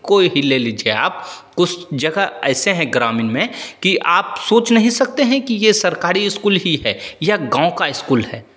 को ही ले लीजिए आप कुछ जगह ऐसे हैं ग्रामीण में कि आप सोच नहीं सकते हैं कि ये सरकारी स्कूल ही है या गाँव का स्कूल है